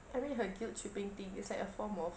I mean her guilt tripping thing is like a form of